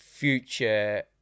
future